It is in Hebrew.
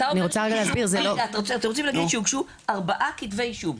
אתם רוצים להגיד לי שהוגשו ארבעה כתבי אישום?